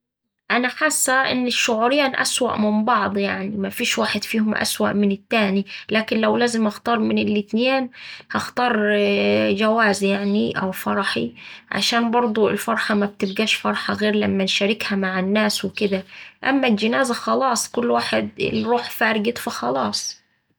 أنا حاسة إن الشعورين أسوأ من بعض يعني مفيش واحد فيهم أسوأ من التاني، لكن لو لازم أختار من الاتنين هختار جوازي أو فرحي عشان برضه الفرحة مبتبقاش فرحة غير لما نشاركها مع الناس وكدا أما الجنازة خلاص كل واحد ال الروح فارقت فخلاص.